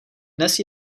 dnes